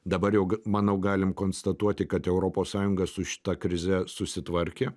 dabar jau manau galim konstatuoti kad europos sąjunga su šita krize susitvarkė